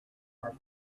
are